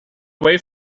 away